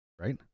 right